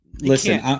Listen